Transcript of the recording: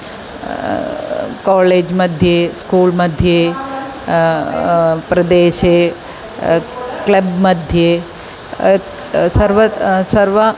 काळेज्मध्ये स्कूळ्मध्ये प्रदेशे क्लब्मध्ये सर्वत्र सर्वत्र